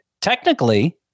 technically